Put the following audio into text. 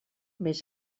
més